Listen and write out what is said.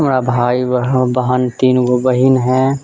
हमरा भाइ बहन तीनगो बहीन है